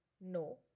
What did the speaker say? No